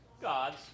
God's